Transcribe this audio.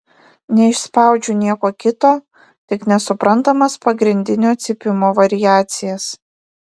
neišspaudžiau nieko kito tik nesuprantamas pagrindinio cypimo variacijas